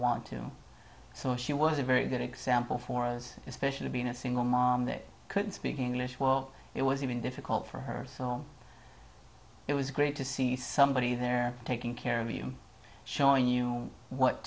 want to so she was a very good example for others especially being a single mom that couldn't speak english well it was even difficult for her so it was great to see somebody there taking care of you showing you what